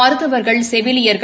மருத்துவா்கள் செவிலியா்கள்